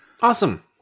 Awesome